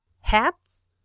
Hats